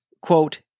quote